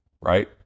right